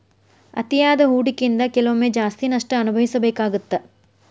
ಅತಿಯಾದ ಹೂಡಕಿಯಿಂದ ಕೆಲವೊಮ್ಮೆ ಜಾಸ್ತಿ ನಷ್ಟ ಅನಭವಿಸಬೇಕಾಗತ್ತಾ